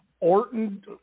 Orton